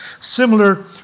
Similar